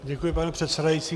Děkuji, pane předsedající.